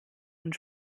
und